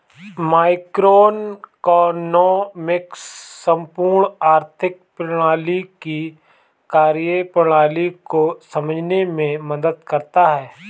macroeconomics संपूर्ण आर्थिक प्रणाली की कार्यप्रणाली को समझने में मदद करता है